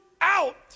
out